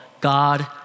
God